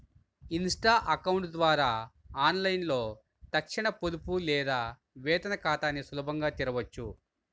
Insta account ద్వారా ఆన్లైన్లో తక్షణ పొదుపు లేదా వేతన ఖాతాని సులభంగా తెరవొచ్చు